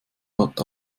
hat